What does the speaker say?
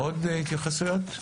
עוד התייחסויות?